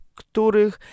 których